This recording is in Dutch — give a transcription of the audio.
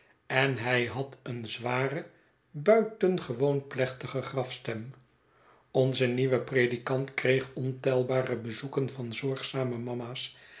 en hij had een zware buitengewoon plechtige grafstem onze nieuwe predikant kreeg ontelbare bezoeken van zorgzame mama's